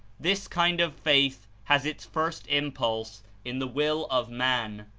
this kind of faith has its first impulse in the will of man.